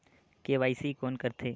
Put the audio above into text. KYC कोन करथे?